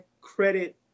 credit